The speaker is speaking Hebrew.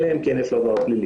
אלא אם כן יש לו עבר פלילי.